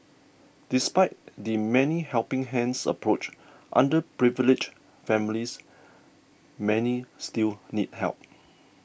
despite the many helping hands' approach underprivileged families many still need help